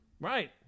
Right